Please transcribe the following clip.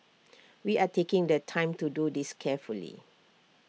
we are taking the time to do this carefully